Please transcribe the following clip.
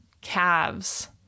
calves